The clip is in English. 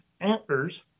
antlers